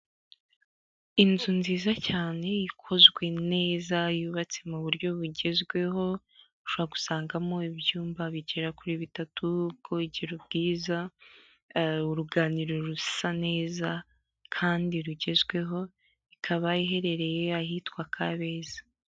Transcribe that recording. Inzu nziza cyane ikozwe neza yubatse mu buryo bugezweho ushora gusangamo ibyumba bigera kuri bitatu, ubwogero bwiza, uruganiriro rusa neza kandi rugezweho ikaba iherereye ahitwa Kabeza.